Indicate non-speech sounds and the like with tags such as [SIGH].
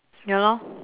ya lor [BREATH]